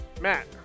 Matt